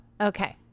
okay